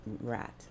rat